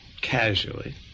casually